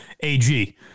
AG